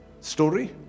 story